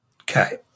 Okay